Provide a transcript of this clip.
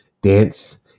dance